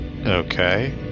Okay